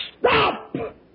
Stop